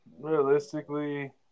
Realistically